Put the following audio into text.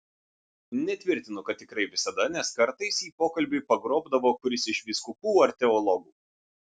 netvirtinu kad tikrai visada nes kartais jį pokalbiui pagrobdavo kuris iš vyskupų ar teologų